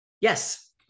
Yes